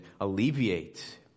alleviate